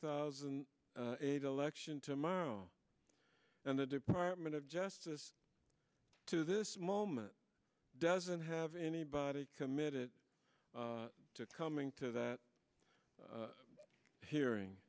thousand and eight election tomorrow and the department of justice to this moment doesn't have anybody committed to coming to that hearing